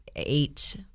eight